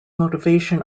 motivation